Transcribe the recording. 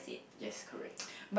yes correct